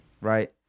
right